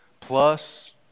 plus